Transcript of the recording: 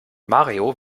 mario